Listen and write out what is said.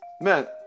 Man